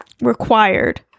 Required